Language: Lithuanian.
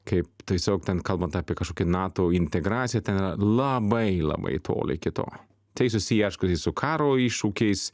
kaip tiesiog ten kalbant apie kažkokį nato integraciją ten yra labai labai toli iki to tai susiję su karo iššūkiais